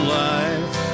life